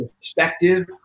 perspective